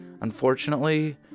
Unfortunately